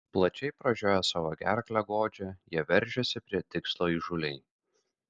plačiai pražioję savo gerklę godžią jie veržiasi prie tikslo įžūliai